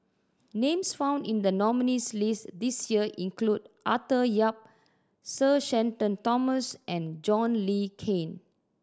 names found in the nominees' list this year include Arthur Yap Sir Shenton Thomas and John Le Cain